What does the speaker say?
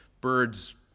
birds